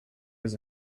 his